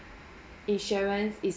insurance is